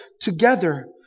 together